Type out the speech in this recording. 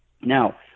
Now